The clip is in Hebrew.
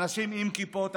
אנשים עם כיפות,